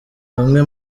bamwe